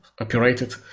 operated